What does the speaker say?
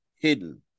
hidden